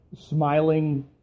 smiling